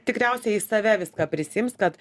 tikriausiai į save viską prisiims kad